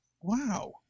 Wow